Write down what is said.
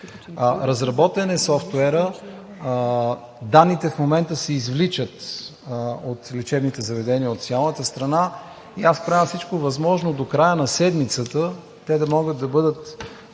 Разработен е софтуерът, данните в момента се извличат от лечебните заведения от цялата страна и аз правя всичко възможно до края на седмицата те да могат да бъдат